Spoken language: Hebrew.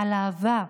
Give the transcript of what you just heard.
על אהבה.